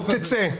תצא.